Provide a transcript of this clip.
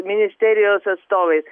ministerijos atstovais